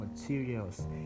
materials